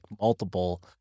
multiple